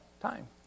Time